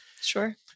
Sure